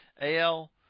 AL